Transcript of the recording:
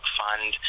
fund